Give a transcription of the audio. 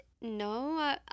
No